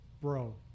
bro